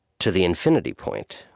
to the infinity point.